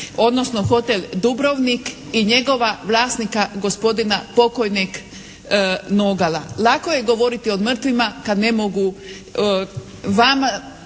odnosno hotel "Dubrovnik" i njegova vlasnika gospodina pokojnik Nogala. Lako je govoriti o mrtvima kad ne mogu vama